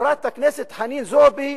שחברת הכנסת חנין זועבי